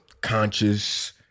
conscious